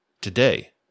today